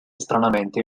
stranamente